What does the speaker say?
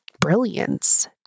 brilliance